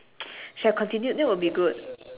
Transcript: should have continued that will be good